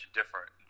different